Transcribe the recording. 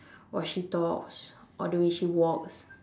or she talks or the way she walks